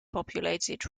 populated